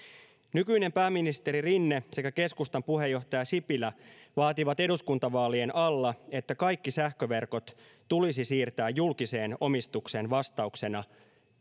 nykyinen pääministeri rinne sekä keskustan puheenjohtaja sipilä vaativat eduskuntavaalien alla että kaikki sähköverkot tulisi siirtää julkiseen omistukseen vastauksena